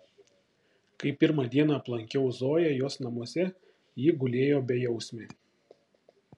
kai pirmą dieną aplankiau zoją jos namuose ji gulėjo bejausmė